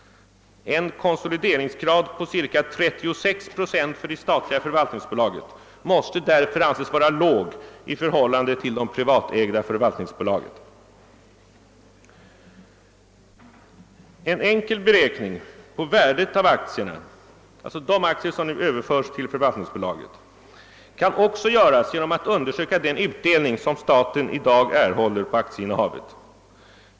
En konsolideringsgrad på cirka 36 procent för det statliga förvaltningsbolaget måste därför anses vara låg i förhållande till konsolideringsgraden för de privatägda förvaltningsbolagen. En enkel beräkning av värdet av de aktier som nu överförs till förvaltningsbolaget kan man göra genom att undersöka den utdelning som staten erhåller på aktieinnehavet.